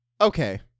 Okay